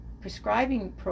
prescribing